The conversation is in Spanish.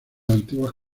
antiguas